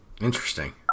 Interesting